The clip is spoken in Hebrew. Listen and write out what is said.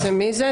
אז מי זה?